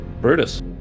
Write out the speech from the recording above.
Brutus